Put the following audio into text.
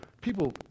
people